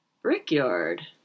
Brickyard